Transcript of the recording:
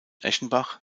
eschenbach